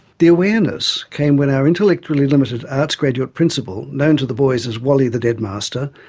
the awareness came when our intellectually limited arts-graduate principal, known to the boys as wally the deadmaster,